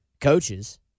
coaches